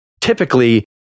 typically